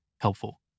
helpful